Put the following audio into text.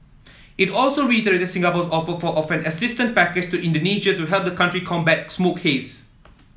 it also reiterated Singapore's offer of an assistance package to Indonesia to help the country combat smoke haze